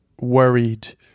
worried